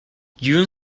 yoon